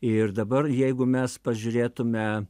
ir dabar jeigu mes pažiūrėtume